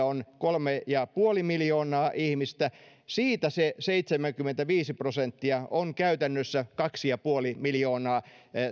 on kolme pilkku viisi miljoonaa ihmistä siitä se seitsemänkymmentäviisi prosenttia on käytännössä kaksi pilkku viisi miljoonaa